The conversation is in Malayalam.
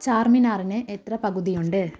ചാർമിനാറിന് എത്ര പകുതിയുണ്ട്